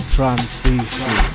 Transition